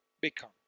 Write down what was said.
become